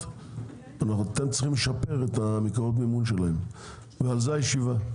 אתם צריכים לשפר את מקורות המימון שלהם ועל זה הישיבה.